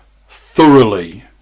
thoroughly